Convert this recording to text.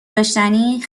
داشتنی